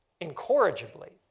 incorrigibly